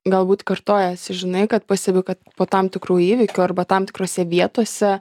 galbūt kartojasi žinai kad pastebiu kad po tam tikrų įvykių arba tam tikrose vietose